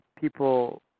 people